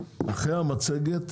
ואחר כך נשמע את המצגת.